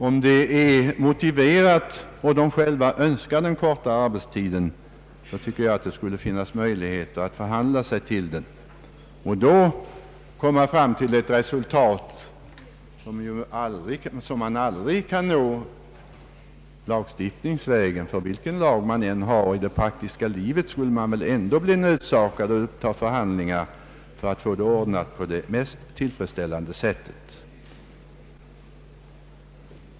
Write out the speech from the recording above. Om det är motiverat och de själva vill ha den kortare arbetstiden så tycker jag det skulle finnas möjligheter att förhandla sig till den. Man skulle då komma fram till ett resultat som man aldrig kan nå lagstiftningsvägen. Vilken lag man än har i det praktiska livet, skulle man ändå bli nödsakad att upptaga förhandlingar för att få frågan löst på det mest tillfredsställande sättet.